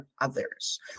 others